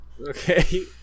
Okay